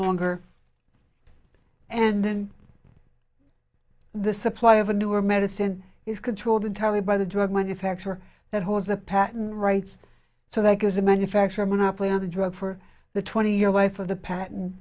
longer and then the supply of a newer medicine is controlled entirely by the drug manufacturer that holds the patent rights so that there's a manufacturer monopoly on the drug for the twenty year wife of the pat